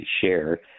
share